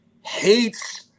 hates